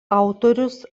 autorius